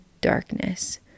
darkness